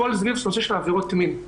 הכול סביב הנושא של עבירות מין.